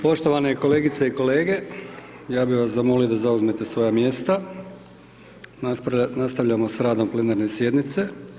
Poštovane kolegice i kolege, ja bi vas zamolio da zauzmete svoja mjesta, nastavljamo s radom plenarne sjednice.